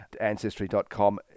Ancestry.com